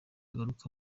ugaruka